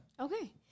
Okay